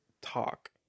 talk